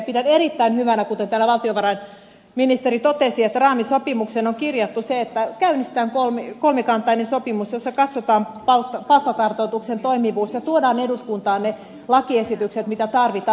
pidän erittäin hyvänä sitä mitä täällä valtiovarainministerikin totesi että raamisopimukseen on kirjattu se että käynnistetään kolmikantainen sopimus jossa katsotaan palkkakartoituksen toimivuus ja tuodaan eduskuntaan ne lakiesitykset mitä tarvitaan